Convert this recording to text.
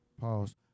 Pause